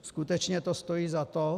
Skutečně to stojí za to?